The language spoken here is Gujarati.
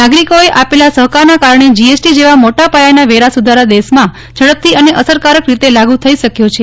નાગરિકોએ આપેલા સહકારના કારણે જીએસટી જેવા મોટાપાયાના વેરા સુધારા દેશમાં ઝડપથી અને અસરકારક રીતે લાગુ થઈ શક્યો છે